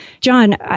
John